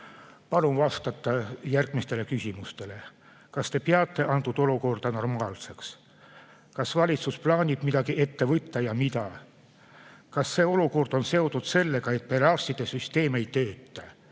Palun vastata järgmistele küsimustele: kas te peate antud olukorda normaalseks? Kas valitsus plaanib midagi ette võtta ja mida? Kas see olukord on seotud sellega, et perearstide süsteem ei tööta?